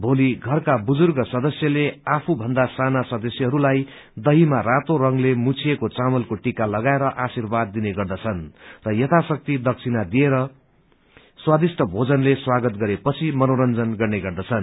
भोली घरका बुर्जुग सदस्यले आफू भन्दा साना सदस्यहरूलाई दहीमा रातो रंगले मुछिएको चामलको टिका लागाएर आर्शीवाद दिने गर्छन् र ययाशक्ति दक्षिणा दिएर स्वादिष्ट भोजनले स्वागत गरेपछि मनोरंजन गर्ने गर्दछन्